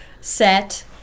set